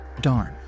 Darn